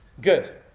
Good